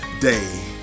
day